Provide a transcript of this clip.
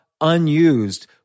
unused